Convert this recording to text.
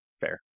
fair